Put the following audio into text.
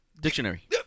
Dictionary